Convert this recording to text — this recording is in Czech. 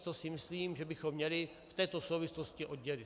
To si myslím, že bychom měli v této souvislosti oddělit.